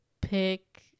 pick